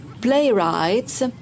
playwrights